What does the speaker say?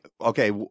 Okay